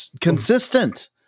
consistent